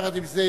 יחד עם זה,